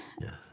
Yes